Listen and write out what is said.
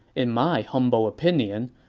in my humble opinion,